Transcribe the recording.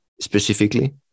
specifically